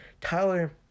Tyler